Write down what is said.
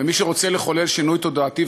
ומי שרוצה לחולל שינוי תודעתי,